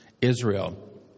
Israel